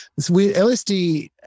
LSD